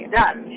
done